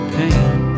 pain